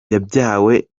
yabyawe